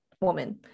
woman